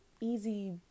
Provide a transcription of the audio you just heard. Easy